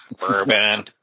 bourbon